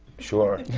sure! you